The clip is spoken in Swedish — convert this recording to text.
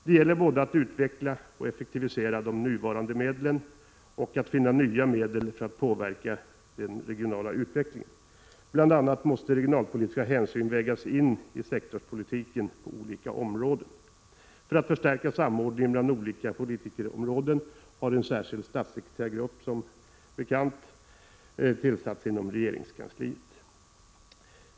Det gäller både att utveckla och effektivisera de nuvarande medlen och att finna nya medel för att påverka den regionala Prot. 1986/87:128 utvecklingen. Bl.a. måste regionalpolitiska hänsyn vägas in i sektorspoliti ken på olika områden. För att förstärka samordningen mellan olika politikområden har en särskild statssekreterargrupp för regionalpolitiska frågor tillsatts inom regeringskansliet.